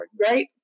right